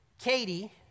Katie